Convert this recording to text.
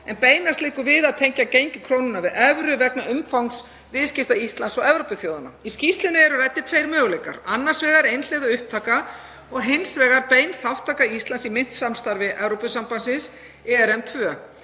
en beinast liggur við að tengja gengi krónunnar við evru vegna umfangs viðskipta Íslands og Evrópuþjóðanna. Í skýrslunni eru ræddir tveir möguleikar, annars vegar einhliða upptaka og hins vegar bein þátttaka Íslands í myntsamstarfi Evrópusambandsins, ERM